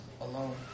alone